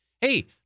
Hey